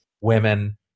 women